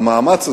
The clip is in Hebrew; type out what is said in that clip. במאמץ הזה,